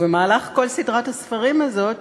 במהלך כל סדרת הספרים הזאת